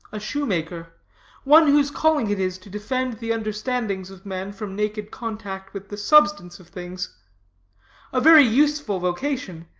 a shoemaker one whose calling it is to defend the understandings of men from naked contact with the substance of things a very useful vocation,